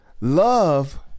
Love